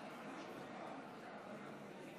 בעצם